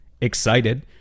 excited